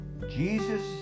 jesus